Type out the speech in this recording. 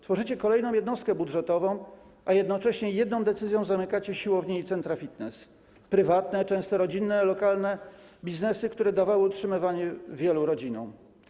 Tworzycie kolejną jednostkę budżetową, a jednocześnie jedną decyzją zamykacie siłownie i centra fitness, prywatne, często rodzinne, lokalne biznesy, które dawały utrzymywanie wielu rodzinom.